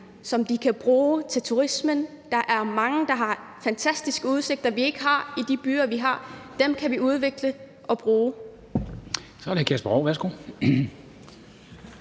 som de kan bruge til turismen. Der er mange, der har fantastiske udsigter, som vi ikke har i de byer, vi har. Dem kan vi udvikle og bruge.